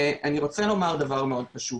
אני רוצה לומר דבר מאוד פשוט,